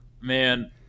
Man